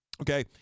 okay